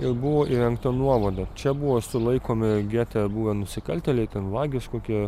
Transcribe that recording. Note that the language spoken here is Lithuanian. ir buvo įrengta nuovada čia buvo sulaikomi gete buvę nusikaltėliai ten vagys kokie